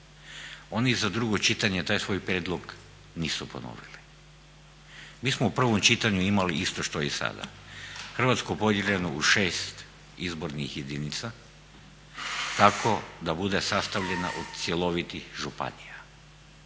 oni za drugo čitanje taj svoj prijedlog nisu ponovili. Mi smo u prvom čitanju imali isto što i sada. hrvatsku podijeljenu u 6 izbornih jedinica tako da bude sastavljena od cjelovitih županija,